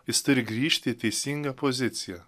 jis turi grįžti į teisingą poziciją